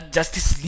Justice